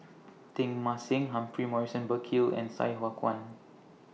Teng Mah Seng Humphrey Morrison Burkill and Sai Hua Kuan